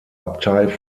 abtei